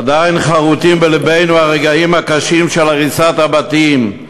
עדיין חרותים בלבנו הרגעים הקשים של הריסת הבתים,